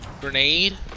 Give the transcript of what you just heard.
Grenade